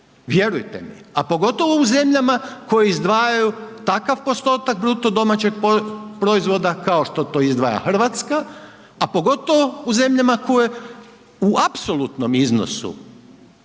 vjerujte mi, a pogotovo u zemljama koji izdvajaju takav postotak BDP-a kao što to izdvaja RH, a pogotovo u zemljama koje u apsolutnom iznosu